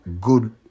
Good